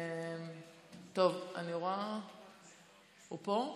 הוא פה?